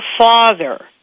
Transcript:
father